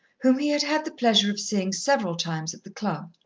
whom he had had the pleasure of seeing several times at the club,